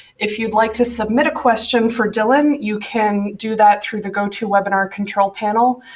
if you'd like to submit a question for dylan, you can do that through the go to webinar control panel.